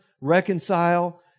reconcile